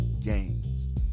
games